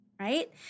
Right